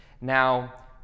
Now